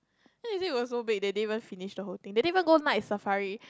then they say it was so big that they didn't even finish the whole thing they didn't even go Night-Safari